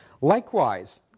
Likewise